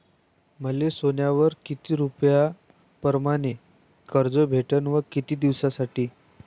मले सोन्यावर किती रुपया परमाने कर्ज भेटन व किती दिसासाठी?